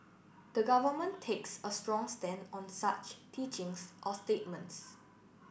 the government takes a strong stand on such teachings or statements